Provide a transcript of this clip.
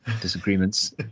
disagreements